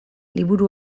liburu